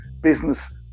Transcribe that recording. business